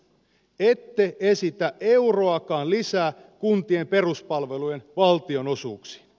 ette esitä euroakaan lisää kuntien peruspalvelujen valtionosuuksiin